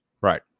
Right